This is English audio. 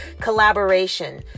collaboration